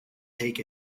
take